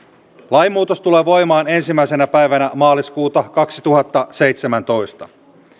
avioliiton lainmuutos tulee voimaan ensimmäisenä päivänä maaliskuuta kaksituhattaseitsemäntoista